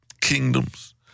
kingdoms